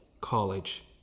college